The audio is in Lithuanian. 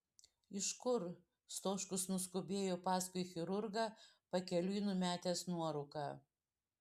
iš kur stoškus nuskubėjo paskui chirurgą pakeliui numetęs nuorūką